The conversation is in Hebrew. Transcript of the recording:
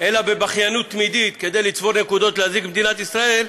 אלא בבכיינות מדינית כדי לצבור נקודות להזיק למדינת ישראל,